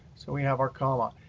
so we have our comma.